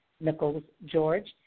Nichols-George